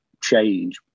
change